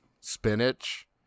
spinach